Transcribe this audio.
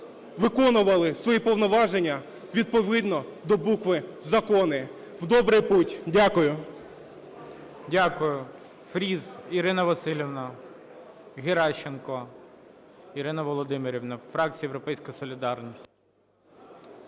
виконували свої повноваження відповідно до букви закону. В добрий путь! Дякую.